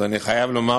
אז אני חייב לומר